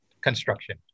construction